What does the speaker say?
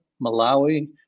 Malawi